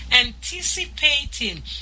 anticipating